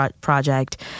project